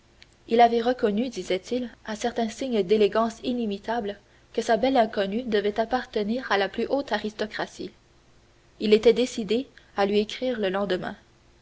il avait reconnu disait-il à certains signes d'élégance inimitable que sa belle inconnue devait appartenir à la plus haute aristocratie il était décidé à lui écrire le lendemain